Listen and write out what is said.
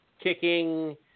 kicking